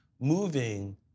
moving